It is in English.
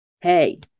Hey